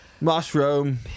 mushroom